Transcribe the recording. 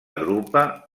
drupa